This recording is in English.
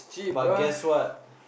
but guess what